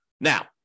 Now